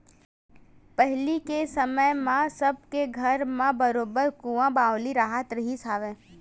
पहिली के समे म सब के घर म बरोबर कुँआ बावली राहत रिहिस हवय